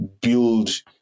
build